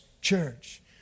church